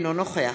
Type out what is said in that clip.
אינו נוכח